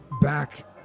back